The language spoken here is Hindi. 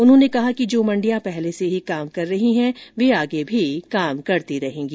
उन्होंने कहा कि जो मंडियां पहले से ही काम कर रही हैं वे आगे भी काम करती रहेंगी